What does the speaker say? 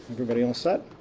everybody all set?